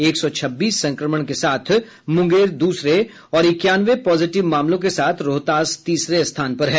एक सौ छब्बीस संक्रमण के साथ मुंगेर दूसरे और इक्यानवे पॉजिटिव मामलों के साथ रोहतास तीसरे स्थान पर है